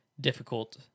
difficult